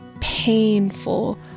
painful